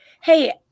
Hey